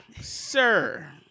Sir